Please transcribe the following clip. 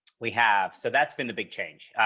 we have. so that's been the big change.